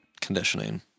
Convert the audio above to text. Conditioning